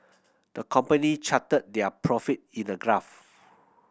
the company charted their profit in a graph